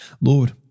Lord